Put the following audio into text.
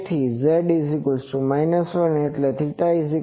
તેથી Ƶ 1 એટલે કે θ0π